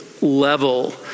level